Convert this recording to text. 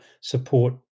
support